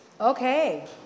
Okay